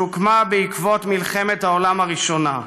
שהוקם בעקבות מלחמת העולם הראשונה.